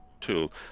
tool